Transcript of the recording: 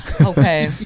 Okay